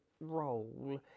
role